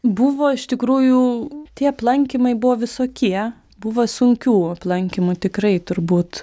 buvo iš tikrųjų tie aplankymai buvo visokie buvo sunkių aplankymų tikrai turbūt